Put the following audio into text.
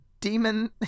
demon